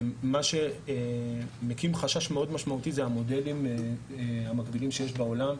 מה שמקים חשש מאוד משמעותי זה המודלים המקבילים שיש בעולם.